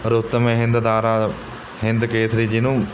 ਰੁਸਤਮ ਏ ਹਿੰਦ ਦਾਰਾ ਹਿੰਦ ਕੇਸਰੀ ਜਿਹਨੂੰ